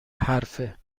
حرفه